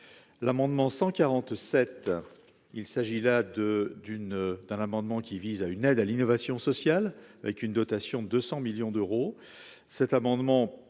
l'amendement 147, il s'agit là de d'une d'un amendement qui vise à une aide à l'innovation sociale, avec une dotation de 100 millions d'euros,